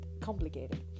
complicated